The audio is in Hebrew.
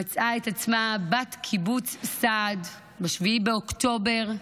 ומצאה את עצמה בת קיבוץ סעד ב-7 באוקטובר.